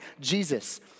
Jesus